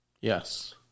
Yes